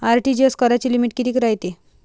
RTGS कराची limit कितीक रायते?